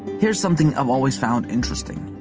here's something i've always found interesting,